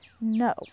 No